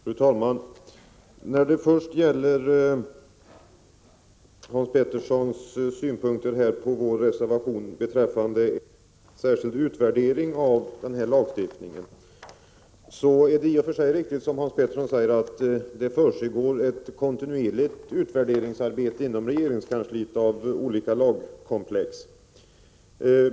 Fru talman! När det först gäller Hans Petterssons i Helsingborg synpunkter på vår reservation beträffande en särskild utvärdering av förverkanderegeln är det i och för sig riktigt, som Hans Pettersson säger, att det inom regeringskansliet pågår ett kontinuerligt arbete med utvärdering av olika lagkomplex.